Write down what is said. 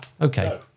okay